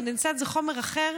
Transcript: קונדנסט זה חומר אחר,